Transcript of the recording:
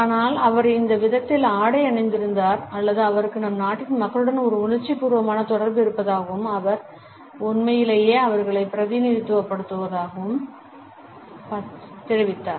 ஆனால் அவர் இந்த விதத்தில் ஆடை அணிந்திருந்தார் என்பது அவருக்கு நம் நாட்டின் மக்களுடன் ஒரு உணர்ச்சிபூர்வமான தொடர்பு இருப்பதாகவும் அவர் உண்மையிலேயே அவர்களை பிரதிநிதித்துவப்படுத்தியதாகவும் தெரிவித்தார்